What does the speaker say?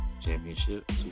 championship